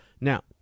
Now